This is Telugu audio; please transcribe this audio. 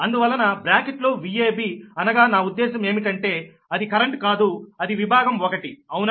అందువలన బ్రాకెట్లో Vab అనగా నా ఉద్దేశం ఏమిటంటే అది కరెంట్ కాదు అది విభాగం ఒకటి అవునా